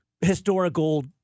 historical